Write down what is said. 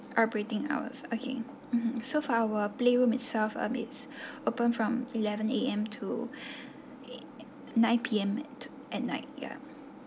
operating hours okay mmhmm so for our playroom itself um it's open from eleven A_M to nine P_M at night ya